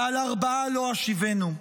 ועל ארבעה לא אשיבנו.